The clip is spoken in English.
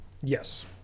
yes